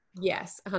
Yes